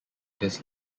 this